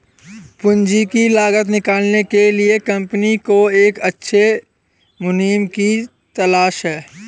पूंजी की लागत निकालने के लिए कंपनी को एक अच्छे मुनीम की तलाश है